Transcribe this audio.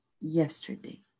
Yesterday